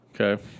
Okay